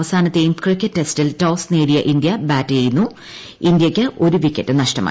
അവസാനത്തെയും ക്രിക്കറ്റ് ടെസ്റ്റിൽ ടോസ് നേടിയ ഇന്ത്യ ബാറ്റ് ചെയ്യുന്നു ഇന്തൃയ്ക്ക് ഒരു വിക്കറ്റ് നഷ്ടമായി